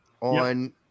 on